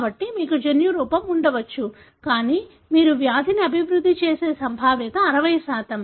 కాబట్టి మీకు జన్యురూపం ఉండవచ్చు కానీ మీరు వ్యాధిని అభివృద్ధి చేసే సంభావ్యత 60